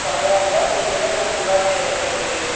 so அதனால் தான் உங்களிடம் நான் புகார் செய்ய வந்திருக்கிறேன்